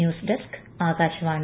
news desk Akashvani